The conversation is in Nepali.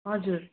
हजुर